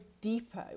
deeper